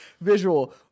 visual